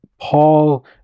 Paul